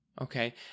Okay